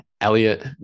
Elliot